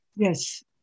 Yes